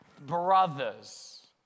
brothers